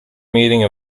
meeting